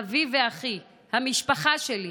אבי ואחי, המשפחה שלי,